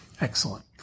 Excellent